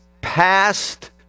passed